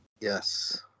Yes